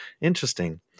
Interesting